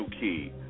key